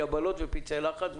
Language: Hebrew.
יבלות ופצעי לחץ,